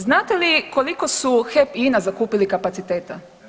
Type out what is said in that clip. Znate li koliko su HEP i INA zakupili kapaciteta?